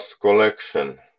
collection